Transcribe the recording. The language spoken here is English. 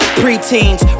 preteens